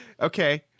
Okay